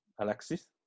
Alexis